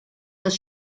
das